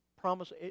promise